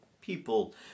people